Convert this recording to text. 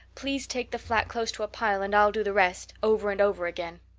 please take the flat close to a pile and i'll do the rest over and over again.